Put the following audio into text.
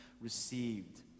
received